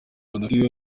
badafite